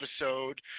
episode